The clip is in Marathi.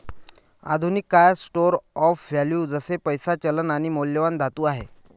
आधुनिक काळात स्टोर ऑफ वैल्यू जसे पैसा, चलन आणि मौल्यवान धातू आहे